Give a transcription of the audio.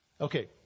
Okay